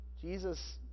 Jesus